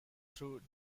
through